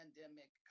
pandemic